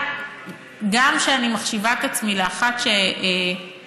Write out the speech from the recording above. אף שאני מחשיבה את עצמי אחת שמכירה,